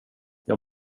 jag